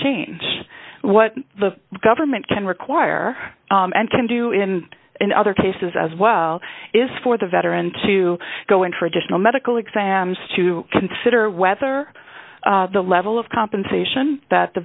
change what the government can require and can do in other cases as well is for the veteran to go in for additional medical exams to consider whether the level of compensation that the